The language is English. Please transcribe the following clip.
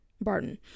Barton